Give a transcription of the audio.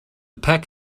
pack